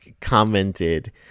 commented